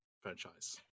franchise